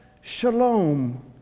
shalom